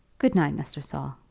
good-night, mr. saul.